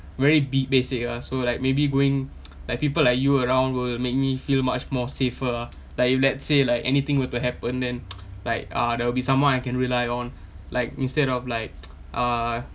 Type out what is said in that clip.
very be~ basic ah so like maybe going like people like you around will make me feel much more safer ah like if let's say like anything were to happen then like uh there will be someone I can rely on like instead of like uh